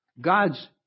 God's